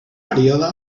període